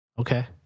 okay